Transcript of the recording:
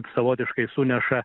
savotiškai suneša